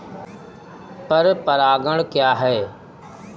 पर परागण क्या है?